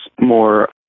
more